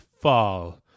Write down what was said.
fall